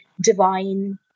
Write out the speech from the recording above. divine